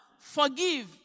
forgive